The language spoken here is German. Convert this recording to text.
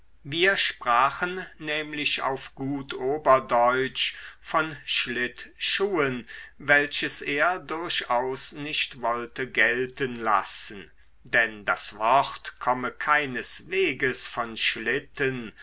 wir sprachen nämlich auf gut oberdeutsch von schlittschuhen welches er durchaus nicht wollte gelten lassen denn das wort komme keinesweges von schlitten